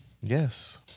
Yes